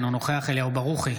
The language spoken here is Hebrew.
אינו נוכח אליהו ברוכי,